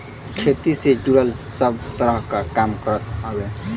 खेती से जुड़ल सब तरह क काम करत हउवे